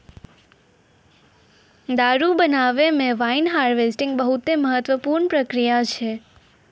दारु बनाबै मे वाइन हार्वेस्टिंग बहुते महत्वपूर्ण प्रक्रिया छै